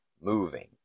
moving